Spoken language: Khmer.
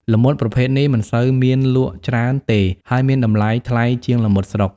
ល្មុតប្រភេទនេះមិនសូវមានលក់ច្រើនទេ ហើយមានតម្លៃថ្លៃជាងល្មុតស្រុក។